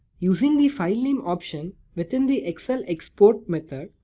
using the filename option within the excel export method,